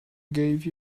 gave